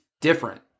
different